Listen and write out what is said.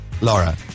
Laura